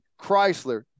Chrysler